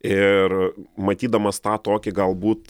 ir matydamas tą tokį galbūt